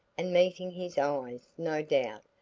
and meeting his eyes no doubt,